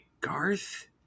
Garth